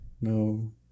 no